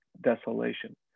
desolation